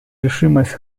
решимость